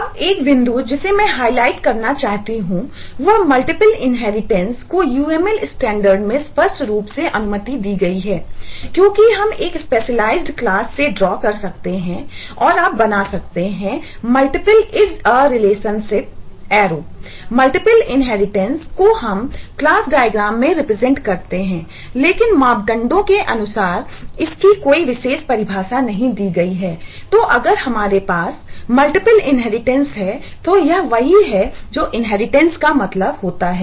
अब एक बिंदु जिसे मैं हाईलाइट का मतलब होता है